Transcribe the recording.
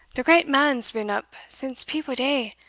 the great man's been up since peep o' day,